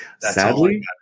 Sadly